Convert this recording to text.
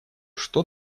что